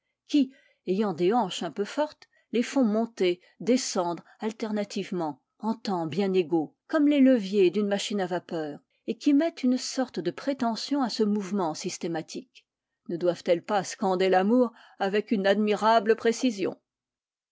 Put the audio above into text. qui ayant des hanches un peu fortes les font monter descendre alternativement en temps bien égaux comme les leviers d'une machine à vapeur et qui mettent une sorte de prétention à ce mouvement systématique ne doivent-elles pas scander l'amour avec une admirable précision